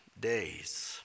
days